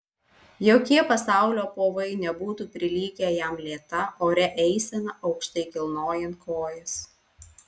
jokie pasaulio povai nebūtų prilygę jam lėta oria eisena aukštai kilnojant kojas